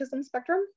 spectrum